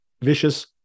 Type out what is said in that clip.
vicious